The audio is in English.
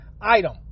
item